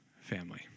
family